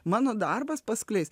mano darbas paskleis